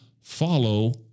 follow